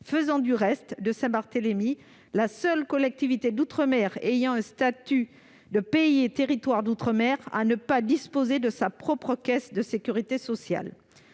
faisant de Saint-Barthélemy la seule collectivité ayant un statut de pays et territoire d'outre-mer à ne pas disposer de sa propre caisse de sécurité sociale.